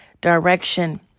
direction